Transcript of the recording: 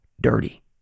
dirty